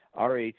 Rh